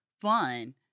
fun